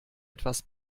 etwas